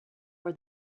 for